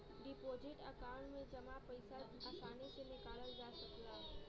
deposit account में जमा पइसा आसानी से निकालल जा सकला